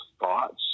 thoughts